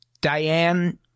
Diane